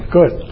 Good